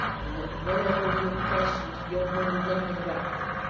and that whenever you're questioned you'll know nothing about me!